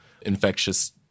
infectious